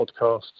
podcasts